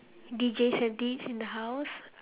D_J sandy is in the house